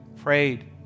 prayed